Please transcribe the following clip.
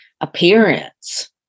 appearance